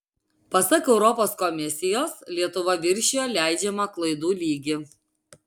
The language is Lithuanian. pasak europos komisijos lietuva viršijo leidžiamą klaidų lygį